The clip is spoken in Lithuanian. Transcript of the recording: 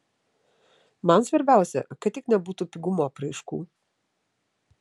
man svarbiausia kad tik nebūtų pigumo apraiškų